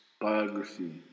biography